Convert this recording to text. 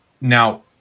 Now